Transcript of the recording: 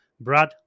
Brad